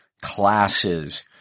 classes